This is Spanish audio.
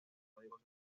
código